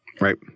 Right